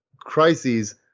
crises